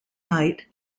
night